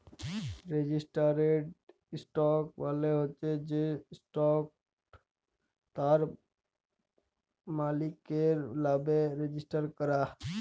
registered stock মালে হচ্যে যে ইসটকট তার মালিকের লামে রেজিস্টার ক্যরা